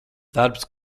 darbs